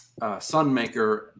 Sunmaker